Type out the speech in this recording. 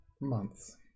months